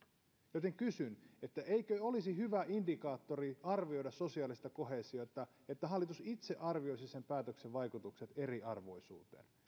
joten kysyn eikö olisi hyvä indikaattori arvioida sosiaalista koheesiota että hallitus itse arvioisi päätöstensä vaikutukset eriarvoisuuteen